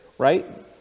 right